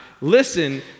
listen